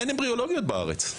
אין אמבריולוגיות בארץ,